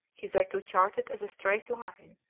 hitherto charted as a straight line,